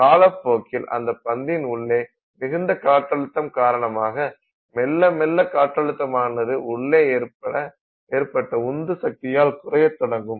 காலப்போக்கில் அந்தப்பந்தின் உள்ளே மிகுந்த காற்றழுத்தம் காரணமாக மெல்ல மெல்ல காற்றழுத்தம் ஆனது உள்ளே ஏற்பட்ட உந்து சக்தியால் குறையத் தொடங்கும்